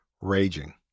raging